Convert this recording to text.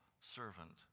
servant